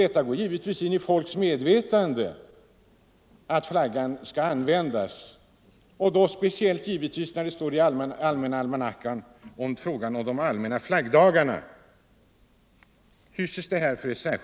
Detta går givetvis in i människors medvetande, och om det dessutom står nämnt om allmänna flaggdagar i almanackan hyser man givetvis ett alldeles speciellt intresse för de dagarna.